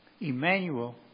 Emmanuel